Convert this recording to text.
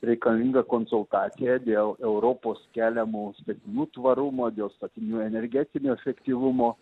reikalinga konsultacija dėl europos keliamų statinių tvarumo dėl statinių energetinio efektyvumo